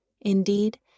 Indeed